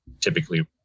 typically